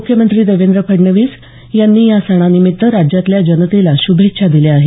मुख्यमंत्री देवेंद्र फडणवीस यांनी या सणानिमित्त राज्यातल्या जनतेला श्भेच्छा दिल्या आहेत